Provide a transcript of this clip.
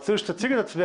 רצינו שתציגי את עצמך,